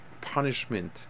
punishment